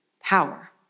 power